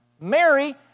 Mary